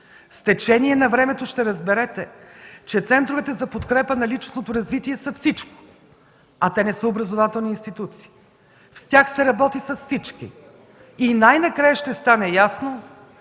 С течение на времето ще разберете, че центровете за подкрепа на личностното развитие са всичко, а те не са образователни институции. В тях се работи с всички. И най-накрая ще стане ясно,